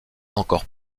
encore